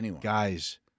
guys